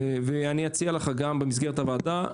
ואני אציע לך גם במסגרת הוועדה.